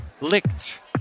licked